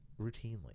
routinely